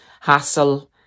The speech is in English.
hassle